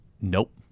Nope